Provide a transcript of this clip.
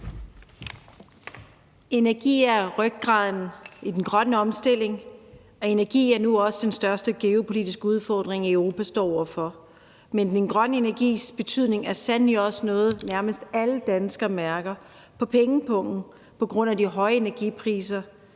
Energi er rygraden i den grønne omstilling, og energi er nu også den største geopolitiske udfordring, Europa står over for. Men den grønne energis betydning er sandelig også noget, som nærmest alle danskere mærker på pengepungen på grund af de høje energipriser,